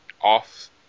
off